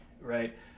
right